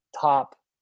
top